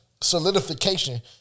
solidification